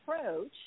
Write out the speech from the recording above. approach